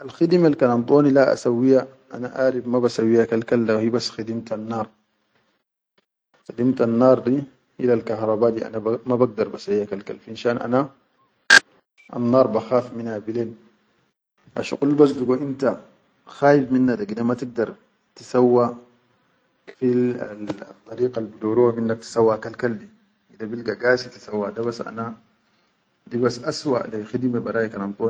Al khidimal kan adoni a sawwiya ana arif ma ba sawwiya kal-kal hibas khimdimtal naar, khidimtal naar di hil karaba ana ma bagdar ba sawwiya kal-kal. Finshan ana anaar ba khafminna bilen, asshuqul bas digo inta khaifminna dige ma tigdar tisawwi fil addariqal bi dauruwa minnak tisawwa kal-kal, dige bilge gasi tisawwa. Da bas ana di bas aswa a laiyi khidime kan.